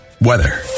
Weather